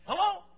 Hello